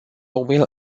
will